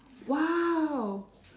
!wow!